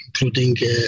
including